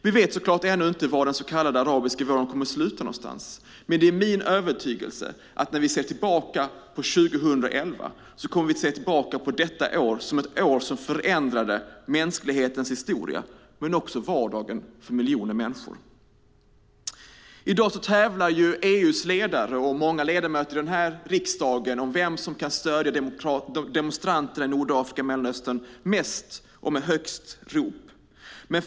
Vi vet så klart ännu inte vad den så kallade arabiska våren kommer att sluta någonstans, men det är min övertygelse att vi, när vi ser tillbaka på 2011, kommer att se tillbaka på detta år som ett år som förändrade såväl mänsklighetens historia som vardagen för miljoner människor. I dag tävlar EU:s ledare och många ledamöter av denna riksdag om vem som kan stödja demonstranterna i Nordafrika och Mellanöstern mest och med högst rop.